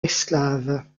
esclave